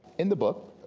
in the book,